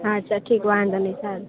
અચ્છા ઠીક વાંધો નહીં સારું